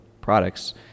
products